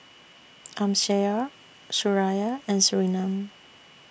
Amsyar Suraya and Surinam